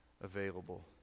available